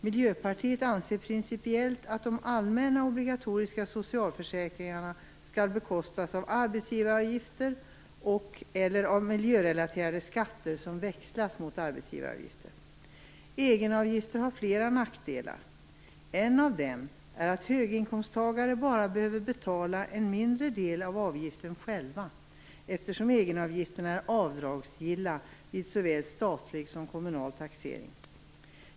Miljöpartiet anser principiellt att de allmänna obligatoriska socialförsäkringarna skall bekostas av arbetsgivaravgifter och/eller av miljörelaterade skatter som växlas mot arbetsgivaravgifter. Egenavgifter har flera nackdelar. En av dem är att höginkomsttagare bara behöver betala en mindre del av avgiften själva, eftersom egenavgifterna är avdragsgilla vid såväl statlig som kommunal taxering.